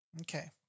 Okay